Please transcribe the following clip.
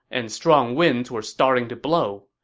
and strong winds were starting to blow.